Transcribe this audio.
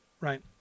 right